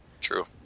True